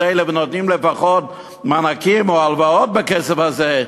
האלה ונותנים לפחות מענקים או הלוואות בכסף הזה,